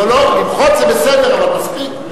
אבל מספיק.